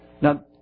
Now